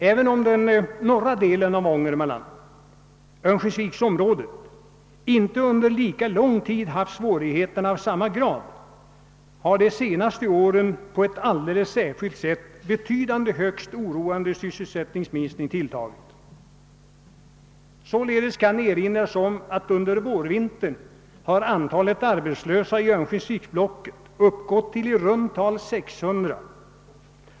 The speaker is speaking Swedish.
Även om den norra delen av Ångermanland, örnsköldsviksområdet, inte under lika lång tid haft svårigheter av samma grad, har under de senaste åren på ett alldeles särskilt sätt en betydande och högst oroande sysselsättningsminskning ägt rum. Således kan erinras om att under vårvintern antalet arbetslösa i örnsköldsviksblocket uppgått till i runt tal 600.